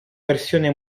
versione